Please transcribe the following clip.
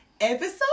episode